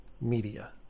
media